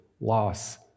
loss